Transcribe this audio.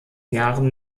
jahren